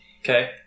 okay